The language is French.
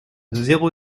zéro